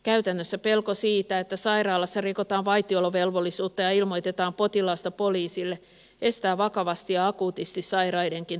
käytännössä pelko siitä että sairaalassa rikotaan vaitiolovelvollisuutta ja ilmoitetaan potilaasta poliisille estää vakavasti ja akuutisti sairaidenkin hakeutumista hoitoon